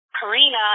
Karina